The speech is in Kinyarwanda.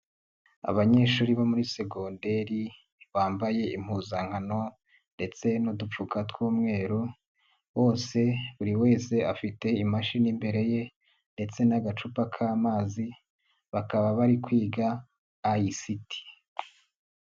Abanyeshuri bo muri segonderi bambaye impuzankano ndetse n'udupfuka tw'umweru bose buri wese afite imashini imbere ye ndetse n'agacupa k'amazi bakaba bari kwiga ICT.